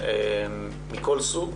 מכל סוג,